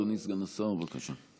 אדוני סגן השר, בבקשה.